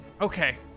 Okay